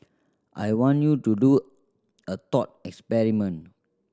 I want you to do a thought experiment